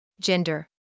gender